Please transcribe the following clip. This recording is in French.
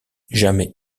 jamais